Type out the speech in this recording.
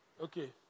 Okay